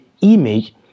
image